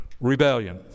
rebellion